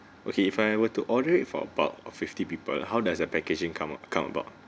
okay if I were to order it for about fifty people how does the packaging come come about